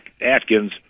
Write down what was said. Atkins